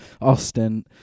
Austin